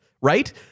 right